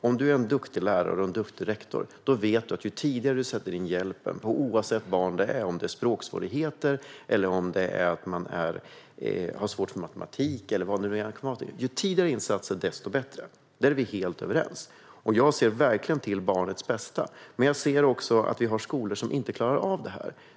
Om du är en duktig lärare eller en duktig rektor vet du självklart att ju tidigare du sätter in hjälpen, oavsett om det är språksvårigheter, matematiksvårigheter eller vad det nu kan vara, desto bättre är det. Ju tidigare insatser, desto bättre är det. Där är vi helt överens. Jag ser verkligen till barnets bästa, men jag ser också att vi har skolor som inte klarar av detta.